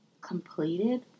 completed